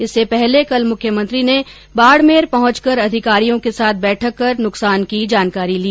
इससे पहले कल मुख्यमंत्री ने बाडमेर पहुंचकर अधिकारियों के साथ बैठक कर नुकसान की जानकारी ली